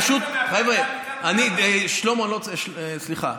חבר'ה, שלמה, סליחה.